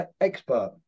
expert